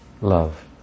love